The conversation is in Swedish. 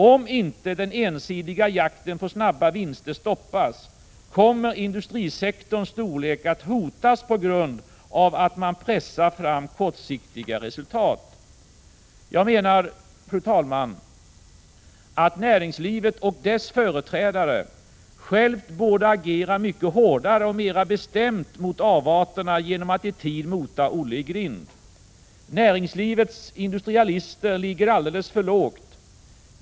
Om inte den ensidiga jakten på snabba vinster stoppas, kommer industrisektorns storlek att hotas på grund av att man pressar fram kortsiktiga resultat. Jag menar, fru talman, att näringslivet och dess företrädare själva borde agera mycket hårdare och mera bestämt mot avarterna genom att i tid ”mota Olle i grind”. Näringslivets industrialister ligger alldeles för lågt.